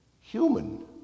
human